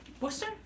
Worcester